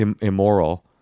immoral